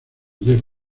jeff